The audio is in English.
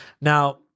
Now